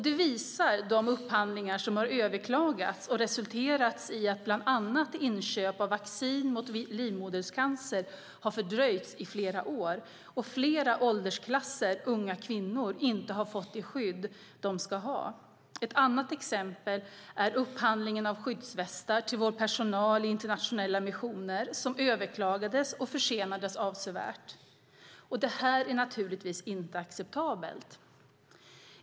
Det visar de upphandlingar som har överklagats och resulterat i att bland annat inköp av vaccin mot livmoderhalscancer har fördröjts i flera år och flera åldersklasser unga kvinnor inte har fått det skydd de ska ha. Ett annat exempel är upphandlingen av skyddsvästar till vår personal i internationella missioner som överklagades och försenades avsevärt. Det här är naturligtvis inte acceptabelt.